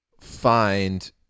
find